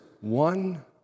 one